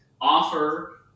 offer